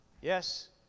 Yes